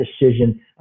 decision